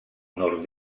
nord